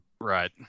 Right